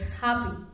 happy